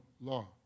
law